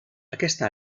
aquesta